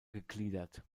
gegliedert